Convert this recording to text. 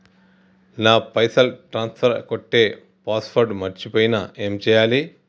నా పైసల్ ట్రాన్స్ఫర్ కొట్టే పాస్వర్డ్ మర్చిపోయిన ఏం చేయాలి?